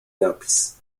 napis